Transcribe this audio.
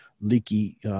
leaky